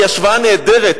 כי היא השוואה נהדרת,